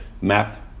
map